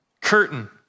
curtain